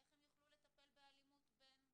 איך הם יוכלו לטפל באלימות בין הילדים?